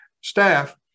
staff